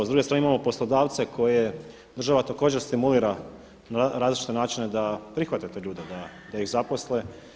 S druge strane imamo poslodavce koje država također stimulira na različite načine da prihvate te ljude, da ih zaposle.